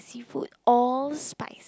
food all spice